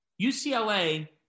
UCLA